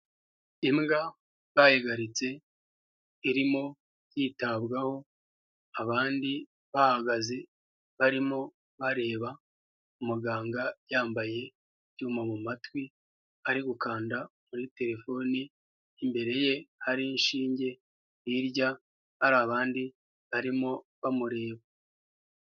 Imbwa bayihagaritse irimo yitabwaho, abandi bahagaze barimo bareba umuganga yambaye ibyuma mu matwi ari gukanda kuri terefone, imbere ye hari inshinge hirya hari abandi barimo bamureba.